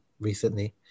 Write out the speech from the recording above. recently